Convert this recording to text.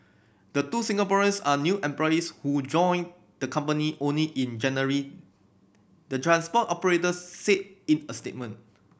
the two Singaporeans are new employees who joined the company only in January the transport operator said in a statement